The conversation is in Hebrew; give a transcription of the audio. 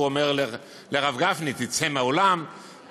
כשהוא אמר לרב גפני: תצא מהאולם.